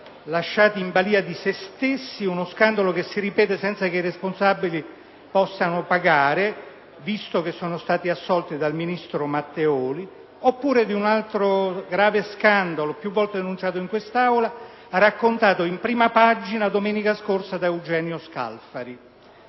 balıa di se stessi, uno scandalo che si ripete senza che i responsabili siano chiamati a pagare, visto che sono stati assolti dal ministro Matteoli; oppure parlare di un altro grave scandalo, piu volte annunziato in questa Aula e raccontato in prima pagina domenica scorsa da Eugenio Scalfari.